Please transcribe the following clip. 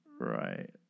right